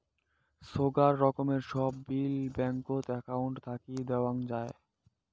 সোগায় রকমের সব বিল ব্যাঙ্কত একউন্ট থাকি দেওয়াং যাই